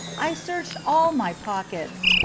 i searched all my pockets,